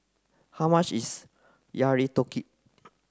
how much is Yakitori